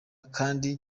kandi